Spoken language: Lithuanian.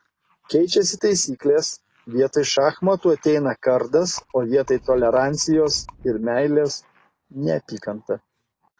keičiasi taisyklės vietoj šachmatų ateina kardas o vietoj tolerancijos ir meilės neapykanta